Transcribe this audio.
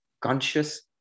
conscious